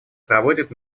проводят